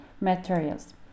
materials